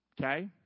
Okay